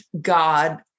God